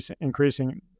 increasing